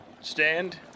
stand